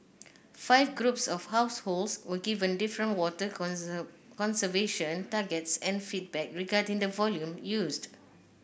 five groups of households were given different water conservation targets and feedback regarding the volume used